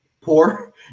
poor